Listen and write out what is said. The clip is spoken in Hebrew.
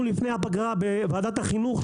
לפני הפגרה בוועדת החינוך,